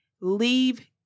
leave